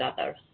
others